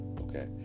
Okay